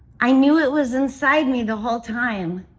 i knew it was inside me the whole time.